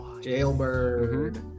Jailbird